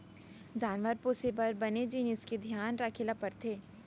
जानवर पोसे बर बने जिनिस के धियान रखे ल परथे